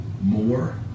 more